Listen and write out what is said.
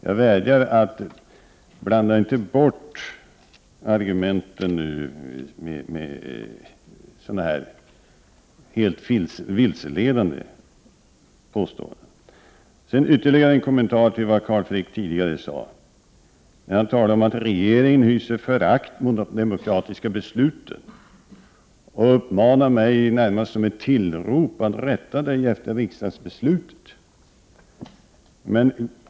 Jag vädjar till Carl Frick att inte blanda bort argumenten med sådana här helt vilseledande påståenden. Carl Frick talade också om att regeringen hyser förakt för de demokratiska besluten och uppmanade mig närmast med ett tillrop att rätta mig efter riksdagsbeslutet.